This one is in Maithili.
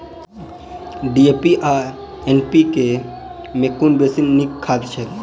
डी.ए.पी आ एन.पी.के मे कुन बेसी नीक खाद छैक?